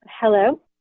Hello